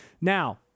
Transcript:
Now